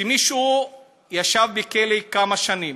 היה מקרה שמישהו ישב בכלא כמה שנים